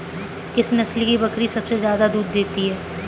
किस नस्ल की बकरी सबसे ज्यादा दूध देती है?